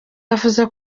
yavuze